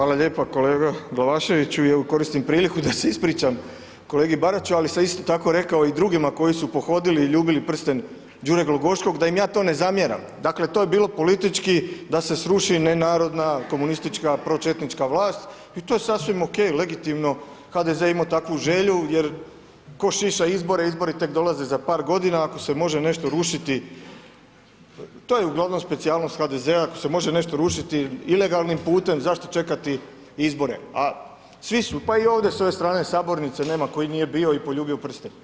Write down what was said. Hvala lijepa kolega Glavaševiću, evo koristim priliku da se ispričam kolegi Baraću, ali sam isto tako rekao i drugima koji su pohodili i ljubili prsten Đure Glogoškog da im ja to ne zamjeram, dakle, to je bilo politički da se sruši nenarodna, komunistička, pročetnička vlast i to je sasvim okej, legitimno, HDZ je imao takvu želju jer tko šiša izbora, izbori tek dolaze za par godina, ako se može nešto rušiti, to je uglavnom specijalnost HDZ-a, ako se može nešto rušiti ilegalnim putem, zašto čekati izbore, a svi su, pa i ovdje s ove strane sabornice, nema koji nije bio i poljubio prsten.